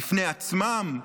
בפני עצמם,